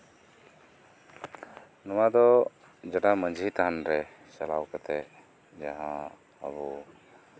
ᱱᱚᱣᱟ ᱫᱚ ᱡᱮᱴᱟ ᱢᱟᱹᱡᱷᱤ ᱛᱷᱟᱱ ᱨᱮ ᱪᱟᱞᱟᱣ ᱠᱟᱛᱮ ᱟᱵᱚ ᱡᱟᱦᱟᱸ